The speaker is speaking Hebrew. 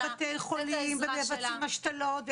אצלם יש בתי חולים ומבצעים השתלות,